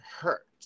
hurt